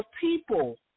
people